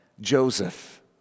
Joseph